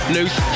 Loose